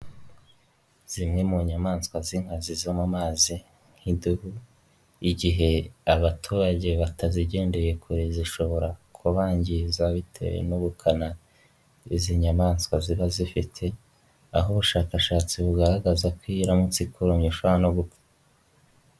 Zimwe mu nyamaswa z'inkazi zo mu mazi nk'idubu igihe abaturage batazigendeye kure zishobora kubangiza bitewe n'ubukana izi nyamaswa ziba zifite, aho ubushakashatsi bugaragaza ko iyo iramutse ikurumye ushobora no gupfa.